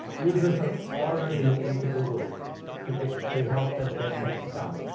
users are already looking to google to get to help them get things done,